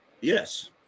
Yes